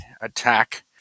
attack